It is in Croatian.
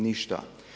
Ništa.